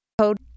Code